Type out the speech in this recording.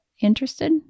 interested